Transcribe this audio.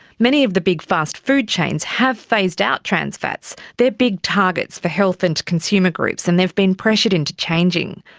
many of the big fast-food chains have phased out trans fats. they're big targets for health and consumer groups and they've been pressured into changing.